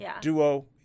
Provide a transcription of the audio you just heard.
duo